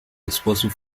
responsible